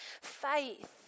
faith